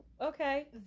okay